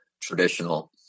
traditional